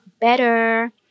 Better